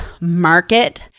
market